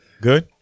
Good